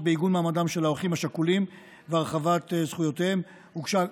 בעיגון מעמדם של האחים השכולים והרחבת זכויותיהם הוגשו